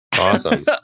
awesome